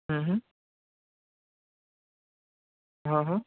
હ હ હ હ